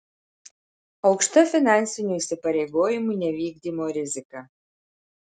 aukšta finansinių įsipareigojimų nevykdymo rizika